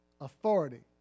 authority